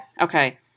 Okay